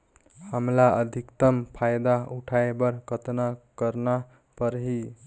हमला अधिकतम फायदा उठाय बर कतना करना परही?